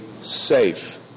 safe